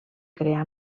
crear